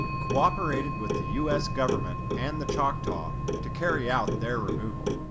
cooperated with the us government and the choctaw to carry out their removal.